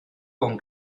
con